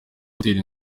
gutera